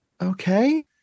okay